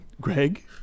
Greg